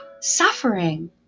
suffering